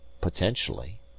potentially